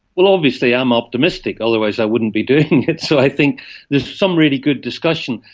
well, obviously i am optimistic, otherwise i wouldn't be doing it, so i think there's some really good discussion.